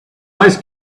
ice